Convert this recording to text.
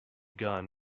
gun